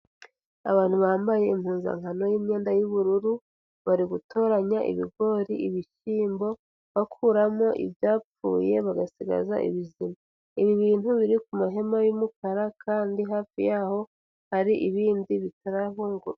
Abantu bambaye impuzankano y'imyenda y'ubururu bari gutoranya ibigori ibishyiyimbo bakuramo ibyapfuye bagasigaza ibizima ibi bintu biri kumahema y'umukara kandi hafi yaho hari ibindi bitaravungurwa.